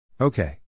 Okay